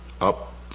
up